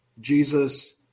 Jesus